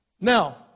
Now